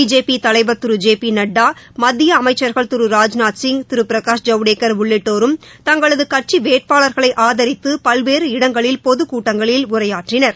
BJP தலைவர் திரு ஜே பி நட்டா மத்திய அமைச்சர்கள் திரு ராஜ்நாத் சிங் திரு பிரகாஷ் ஜவடேகர் உள்ளிட்டோரும் தங்களது கட்சி வேட்பாளர்களை ஆதரித்து பல்வேறு இடங்களில் பொதுக் கூட்டங்களில் உரையாற்றினார்